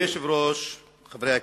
חברי הכנסת,